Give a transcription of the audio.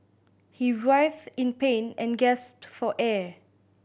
he writhed in pain and gasped for air